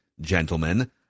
gentlemen